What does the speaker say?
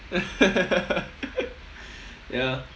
ya